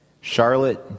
Charlotte